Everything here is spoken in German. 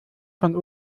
von